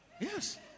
Yes